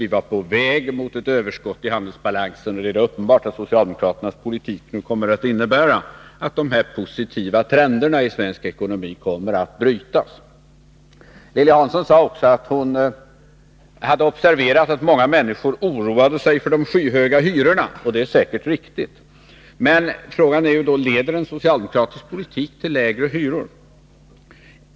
Vi var på väg mot ett överskott i handelsbalansen, och det är uppenbart att socialdemokraternas politik nu kommer att innebära att de positiva trenderna i svensk ekonomi kommer att brytas. Lilly Hansson sade också att hon hade observerat att många människor oroade sig för de skyhöga hyrorna, och det är säkert riktigt. Men frågan är: Leder en socialdemokratisk politik till lägre hyror?